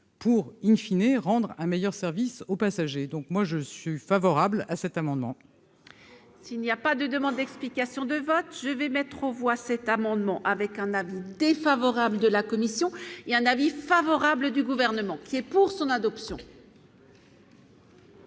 pour in fine et rendre un meilleur service aux passagers, donc moi je suis favorable à cet amendement. S'il n'y a pas de demande d'explications de vote, je vais mettre aux voix cet amendement avec un avis défavorable de la commission et un avis favorable du gouvernement qui est pour son adoption.